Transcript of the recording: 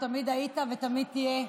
תמיד היית ותמיד תהיה,